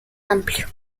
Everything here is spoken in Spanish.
amplio